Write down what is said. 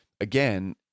again